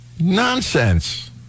Nonsense